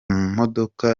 mamodoka